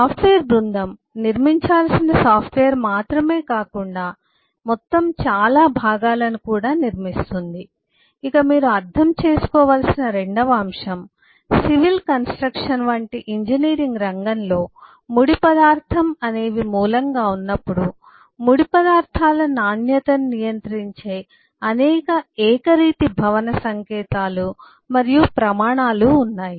software బృందం నిర్మించాల్సిన సాఫ్ట్వేర్ను మాత్రమే కాకుండా ఇది మొత్తం చాలా భాగాలను కూడా నిర్మిస్తుంది ఇక మీరు అర్థం చేసుకోవలసిన రెండవ అంశం సివిల్ కన్స్ట్రక్షన్ వంటి ఇంజనీరింగ్ రంగంలో ముడి పదార్థం అనేవి మూలంగా ఉన్నప్పుడు ముడి పదార్థాల నాణ్యతను నియంత్రించే అనేక ఏకరీతి భవన సంకేతాలు మరియు ప్రమాణాలు ఉన్నాయి